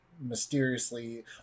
mysteriously